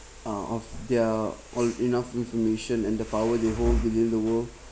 uh of their all enough information and the power they hold within the world